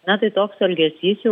na tai toks elgesys jau